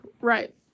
Right